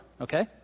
Okay